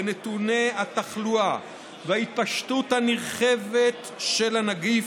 בנתוני התחלואה וההתפשטות הנרחבת של הנגיף,